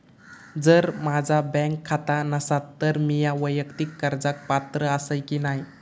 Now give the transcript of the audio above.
जर माझा बँक खाता नसात तर मीया वैयक्तिक कर्जाक पात्र आसय की नाय?